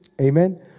Amen